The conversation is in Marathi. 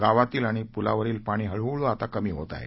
गावातील आणि पुलावरील पाणी हळूहळू कमी होत आहे